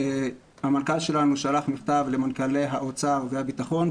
המנכ"ל שלנו שלח מכתב למנכ"לי האוצר והבטחון,